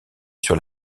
sur